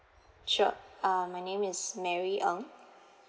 sure uh my name is mary ng